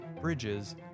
bridges